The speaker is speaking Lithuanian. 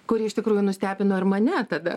kuri iš tikrųjų nustebino ir mane tada